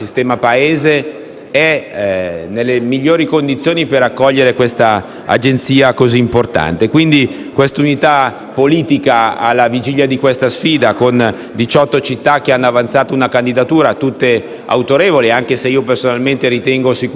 nelle migliori condizioni per accogliere questa Agenzia così importante. Quindi, questa unità politica alla vigilia di tale sfida, con diciotto città che hanno avanzato una candidatura (tutte autorevoli, anche se personalmente le ritengo inferiori